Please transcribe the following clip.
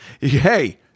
hey